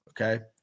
okay